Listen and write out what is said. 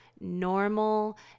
normal